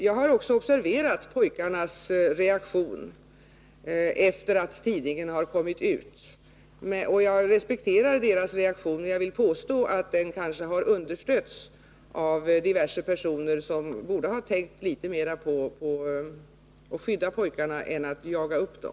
Jag har också observerat pojkarnas reaktion efter det att tidningen kommit ut, och jag respekterar deras reaktion. Jag vill påstå att reaktionen kanske har understötts av diverse personer, som borde ha tänkt litet mera på att skydda pojkarna och låtit bli att jaga upp dem.